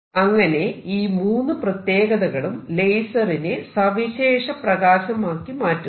അങ്ങനെ ഈ മൂന്ന് പ്രത്യേകതകളും ലേസറിനെ സവിശേഷ പ്രകാശമാക്കി മാറ്റുന്നു